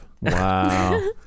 Wow